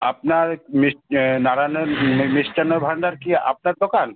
আপনার মিষ নারায়ণার মিষ্টান্নর ভান্ডার কি আপনার দোকান